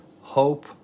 hope